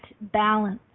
balance